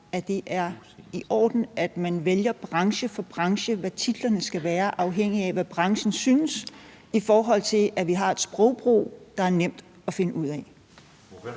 at det er i orden, at man branche for branche vælger, hvad titlerne skal være, afhængigt af, hvad branchen synes, i forhold til at vi har et sprogbrug, der er nemt at finde ud af?